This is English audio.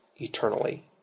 eternally